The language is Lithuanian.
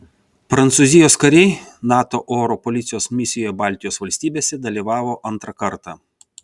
prancūzijos kariai nato oro policijos misijoje baltijos valstybėse dalyvavo antrą kartą